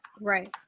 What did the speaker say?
right